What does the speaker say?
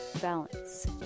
balance